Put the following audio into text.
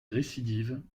récidive